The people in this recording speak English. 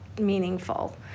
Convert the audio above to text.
meaningful